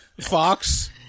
Fox